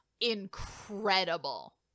incredible